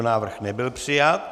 Návrh nebyl přijat.